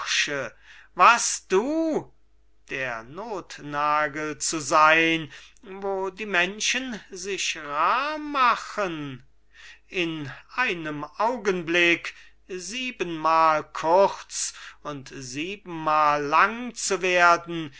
was du der nothnagel zu sein wo die menschen sich rar machen in einem augenblick siebenmal kurz und siebenmal lang zu werden